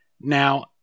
Now